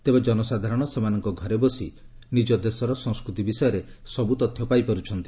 ତେବେ ଜନସାଧାରଣ ସେମାନଙ୍କ ଘରେ ବସି ନିଜ ଦେଶର ସଂସ୍କୃତି ବିଷୟରେ ସବୁ ତଥ୍ୟ ପାଇପାରୁଛନ୍ତି